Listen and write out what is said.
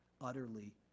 utterly